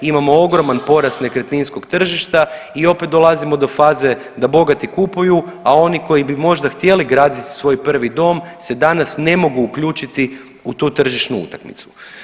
Imamo ogroman porast nekretninskog tržišta i opet dolazimo do faze da bogati kupuju, a oni koji bi možda htjeli graditi svoj prvi dom se danas ne mogu uključiti u tu tržišnu utakmicu.